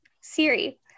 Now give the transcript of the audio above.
Siri